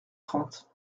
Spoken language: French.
trente